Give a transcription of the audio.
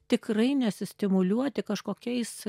tikrai nesistimuliuoti kažkokiais